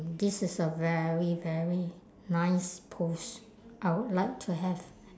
this is a very very nice pose I would like to have